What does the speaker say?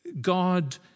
God